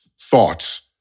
thoughts